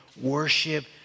worship